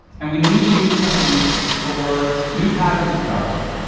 and we knew we needed something for new patterns of javascript.